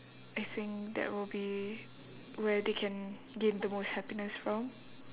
I think that will be where they can gain the most happiness from